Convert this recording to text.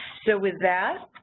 so with that,